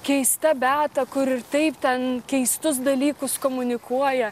keista beata kur ir taip ten keistus dalykus komunikuoja